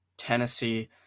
Tennessee